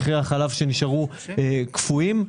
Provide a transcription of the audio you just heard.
מחירי החלב שנשארו קפואים.